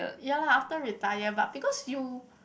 ya lah after retire but because you